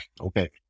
Okay